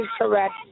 correct